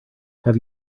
have